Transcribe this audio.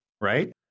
right